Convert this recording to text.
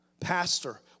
Pastor